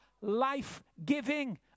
life-giving